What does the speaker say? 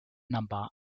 number